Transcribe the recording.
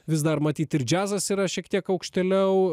vis dar matyt ir džiazas yra šiek tiek aukštėliau